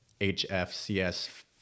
HFCS